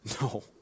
No